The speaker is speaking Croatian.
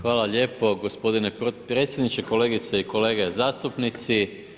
Hvala lijepo gospodine potpredsjedniče, kolegice i kolege zastupnici.